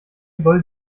soll